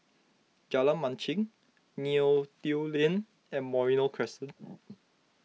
Jalan Machang Neo Tiew Lane and Merino Crescent